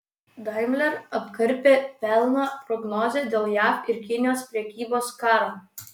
daimler apkarpė pelno prognozę dėl jav ir kinijos prekybos karo